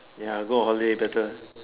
ya go out late better